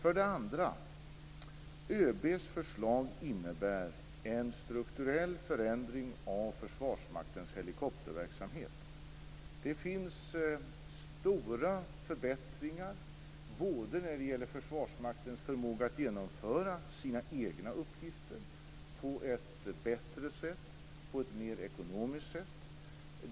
ÖB:s förslag innebär en strukturell förändring av Försvarsmaktens helikopterverksamhet. Det sker stora förbättringar när det gäller Försvarsmaktens förmåga att genomföra sina egna uppgifter på ett bättre och mer ekonomiskt sätt.